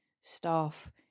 staff